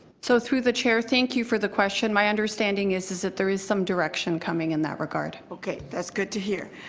so through the chair, thank you for the question. my understanding is is that there is some direction coming in that regard. okay. that's good to hear.